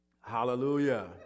Hallelujah